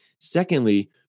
Secondly